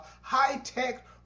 high-tech